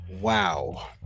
Wow